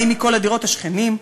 באים מכל הדירות השכנים,